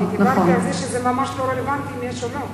אני דיברתי על זה שזה ממש לא רלוונטי אם יש או לא.